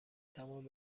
تمام